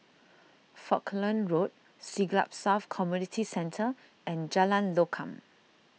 Falkland Road Siglap South Community Centre and Jalan Lokam